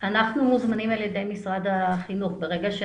אנחנו מוזמנים על ידי משרד החינוך.